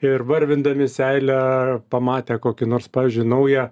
ir varvindami seilę pamatę kokį nors pavyzdžiui naują